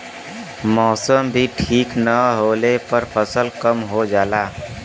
मौसम भी ठीक न होले पर फसल कम हो जाला